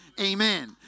Amen